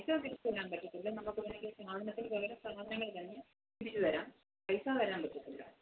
പൈസ തിരിച്ച് തരാൻ പറ്റത്തില്ല നമുക്ക് വേണേൽ സാധനത്തിന് പകരം സാധനങ്ങൾ തന്നെ തിരിച്ച് തരാം പൈസ തരാൻ പറ്റത്തില്ല